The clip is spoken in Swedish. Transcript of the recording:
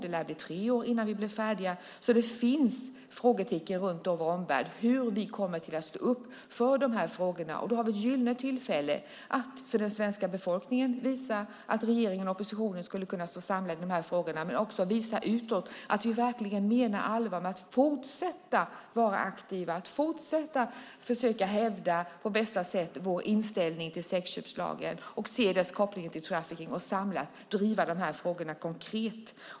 Det lär bli tre år innan vi blir färdiga. Det finns alltså frågetecken i vår omvärld när det gäller hur vi kommer att stå upp för de här frågorna. Då har vi ett gyllene tillfälle att för den svenska befolkningen visa att regeringen och oppositionen skulle kunna stå samlade i de här frågorna. Men vi skulle också kunna visa utåt att vi verkligen menar allvar med att fortsätta att vara aktiva, att fortsätta att på bästa sätt försöka hävda vår inställning till sexköpslagen, se kopplingen till trafficking och samlat driva de här frågorna konkret.